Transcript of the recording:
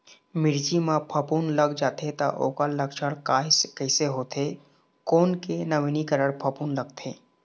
मिर्ची मा फफूंद लग जाथे ता ओकर लक्षण कैसे होथे, कोन के नवीनीकरण फफूंद लगथे?